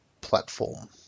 platform